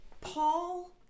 Paul